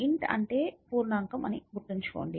int అంటే పూర్ణాంకం అని గుర్తుంచుకోండి